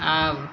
आब